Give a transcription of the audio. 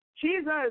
Jesus